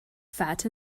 fat